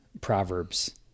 proverbs